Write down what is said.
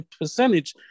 percentage